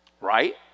right